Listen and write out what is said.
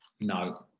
No